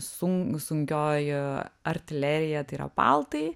sun sunkioji artilerija tai yra paltai